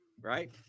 right